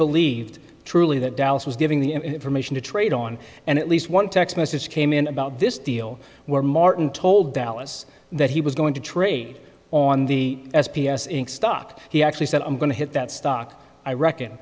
believed truly that dallas was giving the information to trade on and at least one text message came in about this deal where martin told dallas that he was going to trade on the s p s inc stock he actually said i'm going to hit that stock i reckon